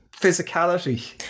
physicality